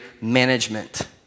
management